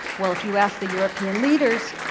well, if you ask the european leaders,